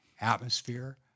atmosphere